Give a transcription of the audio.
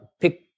pick